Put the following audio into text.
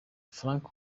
frank